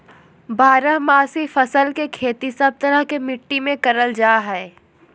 बारहमासी फसल के खेती सब तरह के मिट्टी मे करल जा हय